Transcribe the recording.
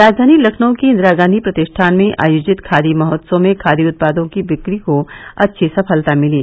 राजधानी लखनऊ के इंदिरा गांधी प्रतिष्ठान में आयोजित खादी महोत्सव में खादी उत्पादों की बिक्री को अच्छी सफलता मिली